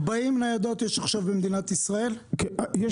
יש עכשיו 40 ניידות במדינת ישראל --- יש